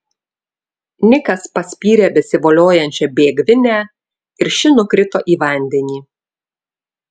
nikas paspyrė besivoliojančią bėgvinę ir ši nukrito į vandenį